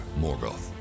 Morgoth